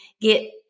get